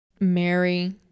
Mary